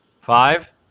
Five